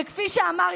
וכפי שאמר,